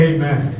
Amen